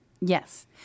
Yes